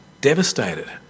devastated